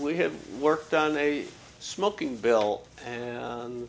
we have worked on a smoking bill and